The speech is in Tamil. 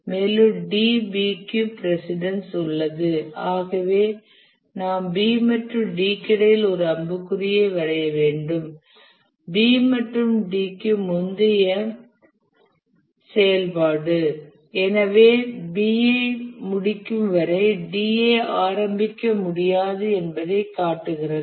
மேலும் D B க்கு பிரசிடன்ஸ் உள்ளது ஆகவே நாம் B மற்றும் D க்கு இடையில் ஒரு அம்புக்குறியை வரைய வேண்டும் B என்பது D க்கு முந்தைய செயல்பாடு எனவே B ஐ முடிக்கும் வரை D ஐ ஆரம்பிக்க முடியாது என்பதைக் காட்டுகிறது